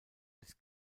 bis